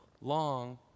long